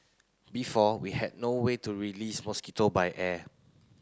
before we had no way to release mosquito by air